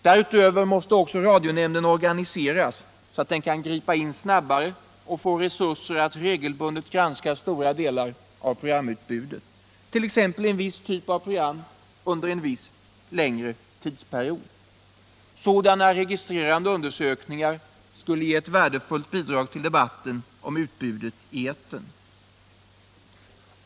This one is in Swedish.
Därutöver måste radionämnden omorganiseras så att den kan gripa in snabbare och också få resurser att regelbundet granska stora delar av programutbudet, t.ex. en viss typ av program under en längre tidsperiod. Sådana registrerande undersökningar skulle ge ett värdefullt bidrag till debatten om utbudet i etern.